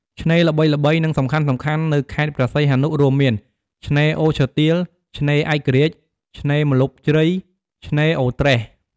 ឆ្នេរល្បីៗ និងសំខាន់ៗនៅខេត្តព្រះសីហនុ រួមមាន ឆ្នេរអូឈើទាល ឆ្នេរឯករាជ្យ ឆ្នេរម្លប់ជ្រៃ ឆ្នេរអូរត្រេស។